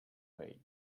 sway